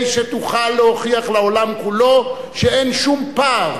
שתוכל להוכיח לעולם כולו שאין שום פער,